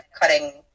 cutting